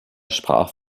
sprach